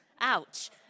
ouch